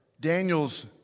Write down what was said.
Daniel's